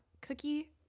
cookie